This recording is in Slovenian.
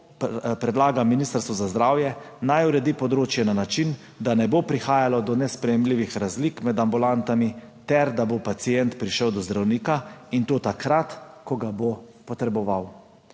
predlaga Ministrstvu za zdravje, naj uredi področje na način, da ne bo prihajalo do nesprejemljivih razlik med ambulantami ter da bo pacient prišel do zdravnika, in to takrat, ko ga bo potreboval.